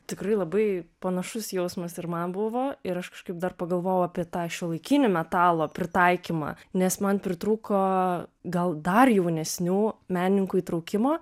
tikrai labai panašus jausmas ir man buvo ir aš kažkaip dar pagalvojau apie tą šiuolaikinį metalo pritaikymą nes man pritrūko gal dar jaunesnių menininkų įtraukimo